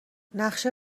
نقشه